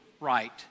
right